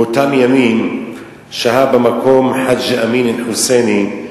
באותם ימים שהה במקום חאג' אמין אל-חוסייני,